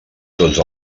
dos